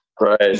Right